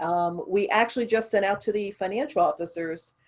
um we actually just sent out to the financial officers,